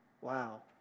Wow